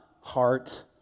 heart